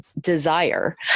desire